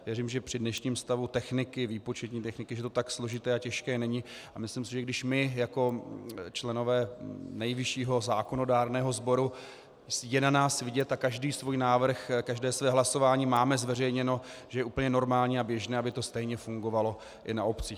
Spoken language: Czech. Věřím, že při dnešním stavu výpočetní techniky to tak složité a těžké není, a myslím si, že když my jako členové nejvyššího zákonodárného sboru, je na nás vidět a každý svůj návrh a každé své hlasování máme zveřejněno, že je úplně normální a běžné, aby to stejně fungovalo i na obcích.